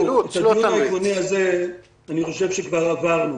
שוב, את הדיון העקרוני זה, אני חושב שכבר עברנו.